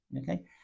Okay